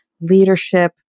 leadership